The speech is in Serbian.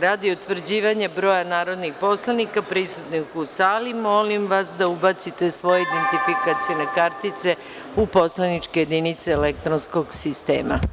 Radi utvrđivanja broja narodnih poslanika prisutnih u sali, molim vas da ubacite svoje identifikacione kartice u poslaničke jedinice elektronskog sistema